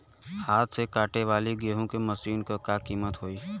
हाथ से कांटेवाली गेहूँ के मशीन क का कीमत होई?